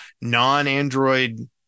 non-Android